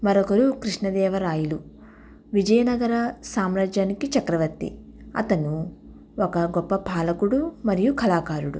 మరి ఒకరు కృష్ణదేవరాయలు విజయనగర సామ్రాజ్యానికి చక్రవర్తి అతను ఒక గొప్ప పాలకుడు మరియు కళాకారుడు